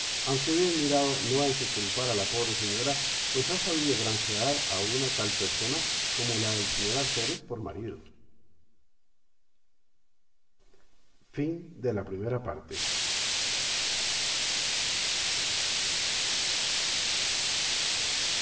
aunque bien mirado no hay que culpar a la pobre señora pues ha sabido granjear a una tal persona como la del senti lde or alférez por marido aquí dio